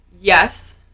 yes